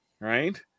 Right